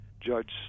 Judge